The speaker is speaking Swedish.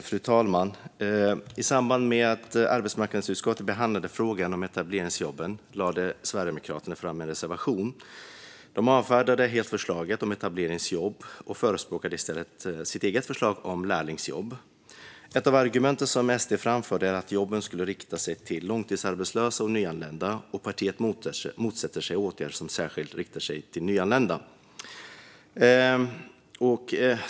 Fru talman! I samband med att arbetsmarknadsutskottet behandlade frågan om etableringsjobben hade Sverigedemokraterna en reservation. Man avfärdade helt förslaget om etableringsjobb och förespråkade i stället sitt eget förslag om lärlingsjobb. Ett av de argument som SD framförde var att jobben skulle riktas till långtidsarbetslösa och nyanlända och att partiet motsätter sig åtgärder som särskilt riktar sig till nyanlända.